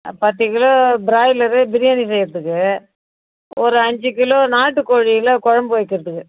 பத்துக் kilo broiler biryani செய்யறத்துக்கு ஒரு அஞ்சுக் கிலோ நாட்டுக்கோழியில் குழம்பு வைக்கறத்துக்கு